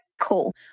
Cool